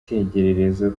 icyitegererezo